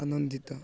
ଆନନ୍ଦିତ